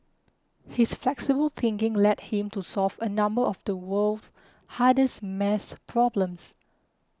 his flexible thinking led him to solve a number of the world's hardest math problems